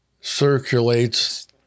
circulates